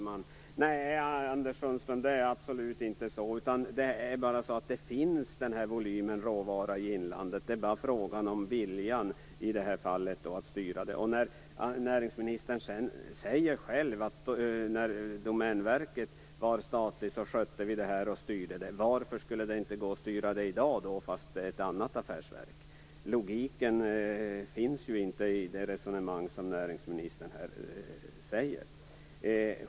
Herr talman! Nej, Anders Sundström, det är absolut inte så. Det är bara så att den här volymen råvara finns i inlandet. Det är bara fråga om viljan att styra i det här fallet. Sedan säger näringsministern själv att när Domänverket var statligt skötte vi det här och styrde det. Varför skulle det inte gå att styra det i dag, fast det är ett annat affärsverk? Det finns ingen logik i näringsministerns resonemang.